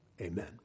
Amen